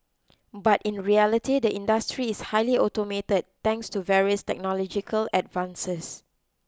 but in reality the industry is highly automated thanks to various technological advances